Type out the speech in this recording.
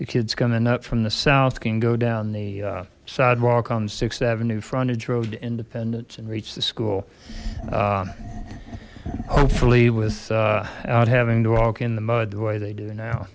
the kids coming up from the south can go down the sidewalk on sixth avenue frontage road to independence and reach the school hopefully with out having to walk in the mud the way they do now